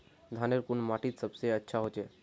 धानेर कुन माटित सबसे अच्छा होचे?